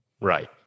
Right